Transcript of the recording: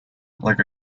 like